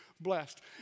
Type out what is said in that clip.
blessed